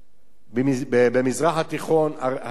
במזרח התיכון, הטבח